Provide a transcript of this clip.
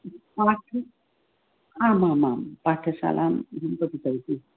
मम आमामां पाठशालायाम् अहं पठितवती